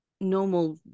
normal